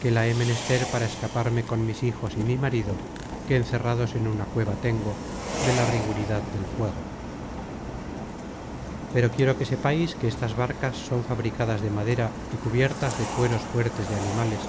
que la he menester para escaparme con mis hijos y mi marido que encerrados en una cueva tengo de la riguridad del fuego pero quiero que sepais que estas barcas son fabricadas de madera y cubiertas de cueros fuertes de animales